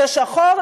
זה שחור,